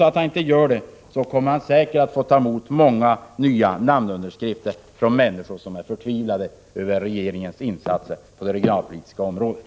Om han inte gör det, så kommer han säkert att få ta emot många nya namnunderskrifter från människor som är förtvivlade över regeringens insatser på det regionalpolitiska området.